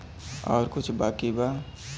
और कुछ बाकी बा?